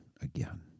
again